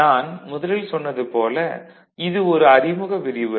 நான் முதலில் சொன்னது போல இது ஒரு அறிமுக விரிவுரை